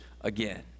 again